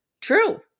true